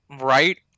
right